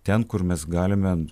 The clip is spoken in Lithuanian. ten kur mes galime